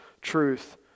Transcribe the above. truth